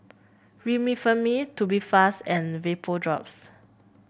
Remifemin Tubifast and Vapodrops